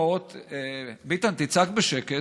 ביטן, תצעק בשקט.